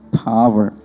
power